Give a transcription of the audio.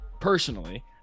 personally